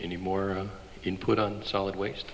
any more input on solid wast